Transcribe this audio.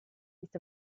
ist